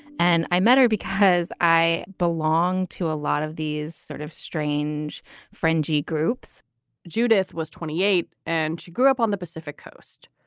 and i met her because i belong to a lot of these sort of strange fringe groups judith was twenty eight and she grew up on the pacific coast.